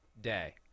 day